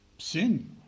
Sin